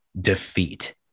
defeat